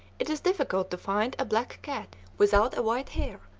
it is difficult to find a black cat without a white hair,